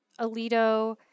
Alito